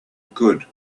good